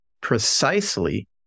precisely